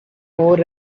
more